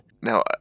Now